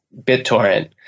BitTorrent